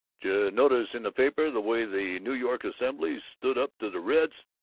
juh notice in the paper the way the new york assembly stood up to the reds?